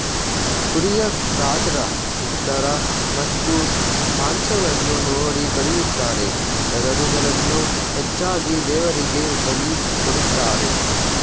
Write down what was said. ಕುರಿಯ ಗಾತ್ರ ಎತ್ತರ ಮತ್ತು ಮಾಂಸವನ್ನು ನೋಡಿ ಕಡಿಯುತ್ತಾರೆ, ಟಗರುಗಳನ್ನು ಹೆಚ್ಚಾಗಿ ದೇವರಿಗೆ ಬಲಿ ಕೊಡುತ್ತಾರೆ